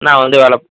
நான் வந்து வேலை